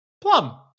plum